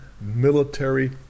military